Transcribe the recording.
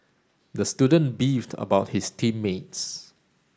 the student beefed about his team mates